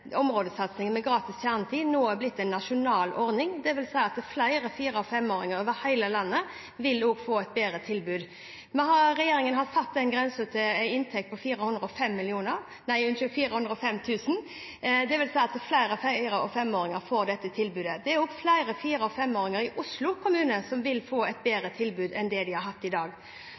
områdesatsingen med gratis kjernetid nå er blitt en nasjonal ordning, dvs. at flere fire- og femåringer over hele landet også vil få et bedre tilbud. Regjeringen har satt den grensen til en inntekt på 405 000 kr, dvs. at flere fire- og femåringer får dette tilbudet. Det er også flere fire- og femåringer i Oslo kommune som vil få et